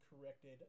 corrected